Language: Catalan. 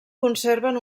conserven